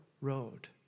road